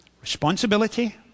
responsibility